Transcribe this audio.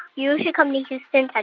you should come to houston, ah